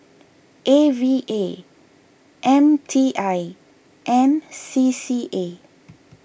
A V A M T I and C C A